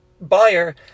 buyer